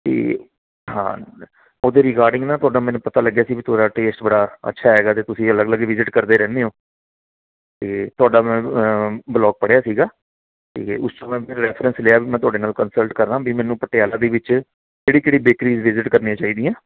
ਅਤੇ ਹਾਂ ਉਹਦੇ ਰਿਗਾਰਡਿੰਗ ਨਾ ਤੁਹਾਡਾ ਮੈਨੂੰ ਪਤਾ ਲੱਗਿਆ ਸੀ ਤੁਹਾਡਾ ਟੇਸਟ ਬੜਾ ਅੱਛਾ ਹੈਗਾ ਅਤੇ ਤੁਸੀਂ ਅਲੱਗ ਅਲੱਗ ਵਿਜਿਟ ਕਰਦੇ ਰਹਿੰਦੇ ਹੋ ਅਤੇ ਤੁਹਾਡਾ ਮੈਂ ਬਲੋਗ ਪੜ੍ਹਿਆ ਸੀਗਾ ਅਤੇ ਉਸ ਸਮੇਂ ਮੈਂ ਰੈਫਰੈਂਸ ਲਿਆ ਵੀ ਮੈਂ ਤੁਹਾਡੇ ਨਾਲ ਕੰਸਲਟ ਕਰਾਂ ਵੀ ਮੈਨੂੰ ਪਟਿਆਲਾ ਦੇ ਵਿੱਚ ਕਿਹੜੀ ਕਿਹੜੀ ਬੇਕਰੀਜ਼ ਵਿਜਿਟ ਕਰਨੀਆਂ ਚਾਹੀਦੀਆਂ